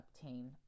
obtain